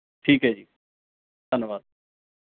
ਠੀਕ ਹੈ ਜੀ ਧੰਨਵਾਦ